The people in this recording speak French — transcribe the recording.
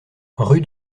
rue